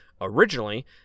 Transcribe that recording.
originally